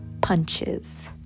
punches